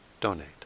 donate